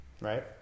Right